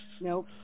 Nope